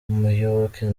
muyoboke